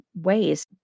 ways